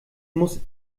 muss